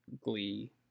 Glee